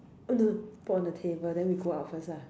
put on the table then we go out first ah